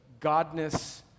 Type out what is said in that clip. Godness